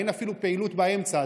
אין אפילו פעילות באמצע,